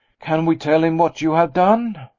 can we tell him what you have done?